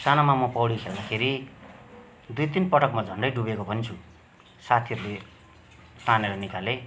सानोमा म पौडी खेल्दाखेरि दुई तिनपटक म झन्डै डुबेको पनि छु साथीहरूले तानेर निकाले